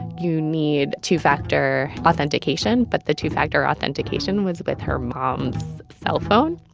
you need two-factor authentication, but the two-factor authentication was with her mom's cellphone.